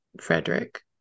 frederick